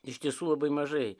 iš tiesų labai mažai